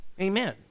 Amen